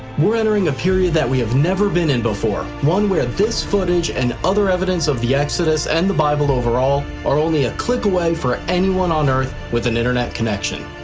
we're entering a period that we have never been in before, one where this footage and other evidence of the exodus and the bible overall are only a click away for anyone on earth with an internet connection,